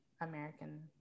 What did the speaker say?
American